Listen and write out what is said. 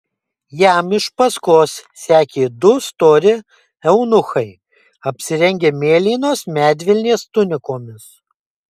jam iš paskos sekė du stori eunuchai apsirengę mėlynos medvilnės tunikomis